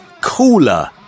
cooler